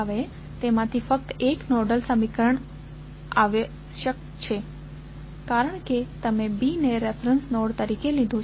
હવે તેમાંથી ફક્ત એક નોડલ સમીકરણ આવશ્યક છે કારણ કે તમે B ને રેફેરેંસ નોડ તરીકે લીધો છે